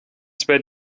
zwei